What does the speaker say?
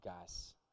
guys